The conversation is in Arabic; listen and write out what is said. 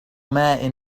ماء